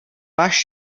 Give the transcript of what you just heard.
váš